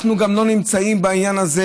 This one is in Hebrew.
אנחנו גם לא נמצאים בעניין הזה